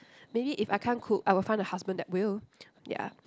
maybe if I can't cook I will find a husband that will ya